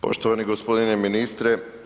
Poštovani gospodine ministre.